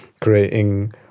creating